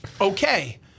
okay